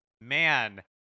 Man